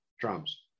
drums